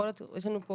יש לנו פה